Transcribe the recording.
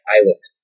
Island